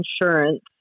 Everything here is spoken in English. Insurance